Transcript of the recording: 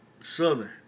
southern